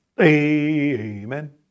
Amen